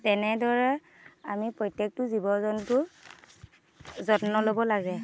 তেনেদৰে আমি প্ৰত্যেকটো জীৱ জন্তুৰ যত্ন ল'ব লাগে